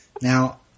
Now